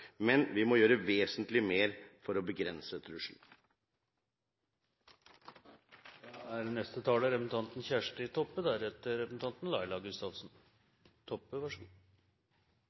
men vi må gjøre vesentlig mer for å begrense